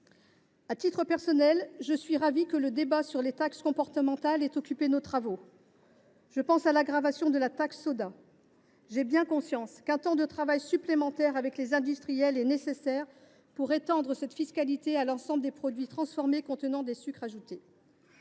À titre personnel, je suis ravie que le débat sur les taxes comportementales ait animé nos travaux. Je pense notamment à l’augmentation de la taxe soda. J’ai bien conscience qu’un temps de travail supplémentaire avec les industriels est nécessaire pour étendre cette fiscalité à l’ensemble des produits transformés contenant des sucres ajoutés.